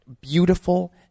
beautiful